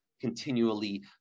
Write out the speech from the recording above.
continually